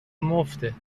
مفته